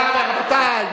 תודה רבה, אדוני.